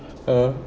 uh